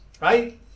right